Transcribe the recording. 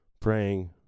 praying